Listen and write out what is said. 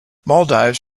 maldives